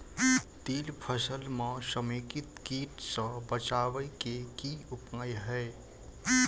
तिल फसल म समेकित कीट सँ बचाबै केँ की उपाय हय?